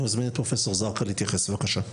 אני מזמין את פרופ' זרקא להתייחס, בבקשה.